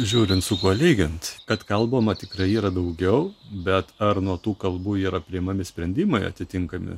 žiūrint su kuo lygint kad kalbama tikrai yra daugiau bet ar nuo tų kalbų yra priimami sprendimai atitinkami